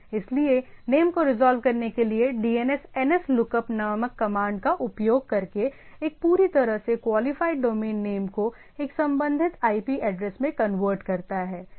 इसलिए नेम को रिजॉल्व करने के लिए DNS nslookup नामक कमांड का उपयोग करके एक पूरी तरह से क्वालिफाइड डोमेन नेम को एक संबंधित IP एड्रेस में कन्वर्ट करता है